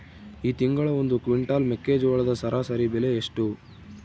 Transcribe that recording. ಈ ತಿಂಗಳ ಒಂದು ಕ್ವಿಂಟಾಲ್ ಮೆಕ್ಕೆಜೋಳದ ಸರಾಸರಿ ಬೆಲೆ ಎಷ್ಟು?